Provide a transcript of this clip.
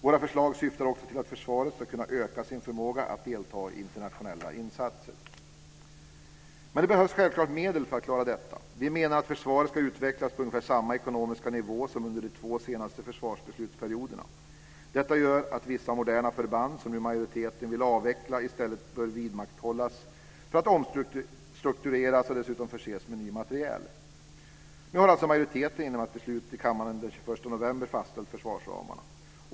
Våra förslag syftar också till att försvaret ska kunna öka sin förmåga att delta i internationella insatser. Det behövs självklart medel för att klara detta. Vi menar att försvaret ska utvecklas på ungefär samma ekonomiska nivå som under de två senaste försvarsbeslutsperioderna. Detta gör att vissa moderna förband, som nu majoriteten vill avveckla, i stället bör vidmakthållas för att omstruktureras och dessutom förses med ny materiel. Nu har alltså majoriteten genom ett beslut i kammaren den 21 november fastställt försvarsramarna.